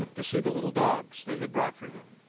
to see the little dogs they had brought for him.